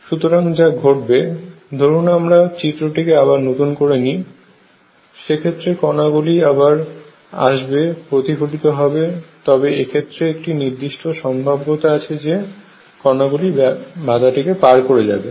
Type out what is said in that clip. সুতরাং যা ঘটবে ধরুণ আমরা চিত্রটিকে আবার নতুন করে নেই সেক্ষেত্রে কনাগুলি আবার আসবে এবং প্রতিফলিত হবে তবে এক্ষেত্রে একটি নির্দিষ্ট সম্ভাব্যতা আছে যে কণাগুলি বাধাটিকে পার করে যাবে